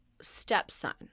stepson